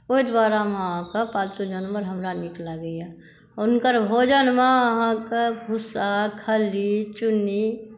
ओहि दुआरे हम अहाँके पालतू जानवर हमरा नीक लागैया आओर हुनकर भोजनमे अहाँके भुस्सा खली चुन्नी